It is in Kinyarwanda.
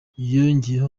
yongeyeho